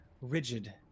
rigid